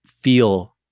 feel